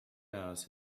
hours